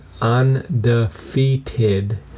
Undefeated